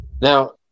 Now